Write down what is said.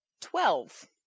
Twelve